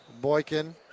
Boykin